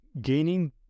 gaining